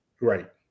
Right